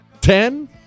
Ten